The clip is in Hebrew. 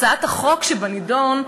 הצעת החוק שבנדון,